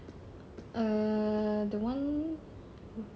err the one